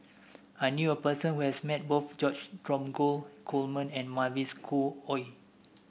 I knew a person who has met both George Dromgold Coleman and Mavis Khoo Oei